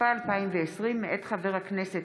התשפ"א 2020, מאת חברי הכנסת